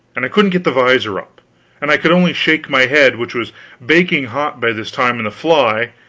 and i couldn't get the visor up and i could only shake my head, which was baking hot by this time, and the fly